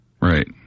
Right